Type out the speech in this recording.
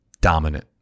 dominant